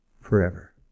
forever